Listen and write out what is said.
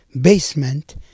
basement